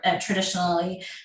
traditionally